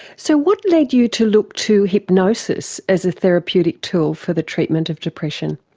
so what led you to look to hypnosis as a therapeutic tool for the treatment of depression?